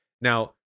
Now